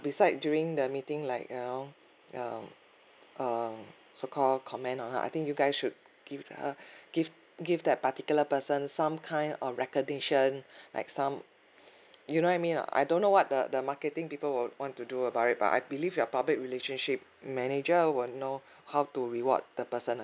beside during the meeting like you know uh uh so called commend on her I think you guys should give her give give that particular person some kind of recognition like some you know what I mean or not I don't know what the the marketing people will want to do about it but I believe your public relationship manager will know how to reward the person